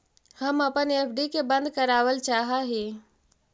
हम अपन एफ.डी के बंद करावल चाह ही